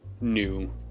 new